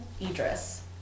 Idris